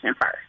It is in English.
first